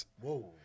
whoa